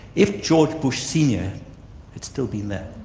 if george bush senior had still been there,